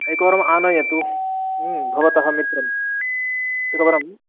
एकवारम् आनयतु भवतः मित्रं एकवरं